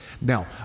Now